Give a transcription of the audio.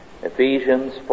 Ephesians